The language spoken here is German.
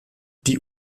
die